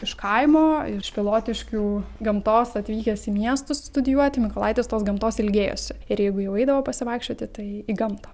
iš kaimo iš pilotiškių gamtos atvykęs į miestus studijuoti mykolaitis tos gamtos ilgėjosi ir jeigu jau eidavo pasivaikščioti tai į gamtą